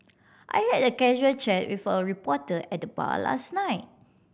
I had a casual chat with a reporter at bar last night